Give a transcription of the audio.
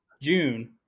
June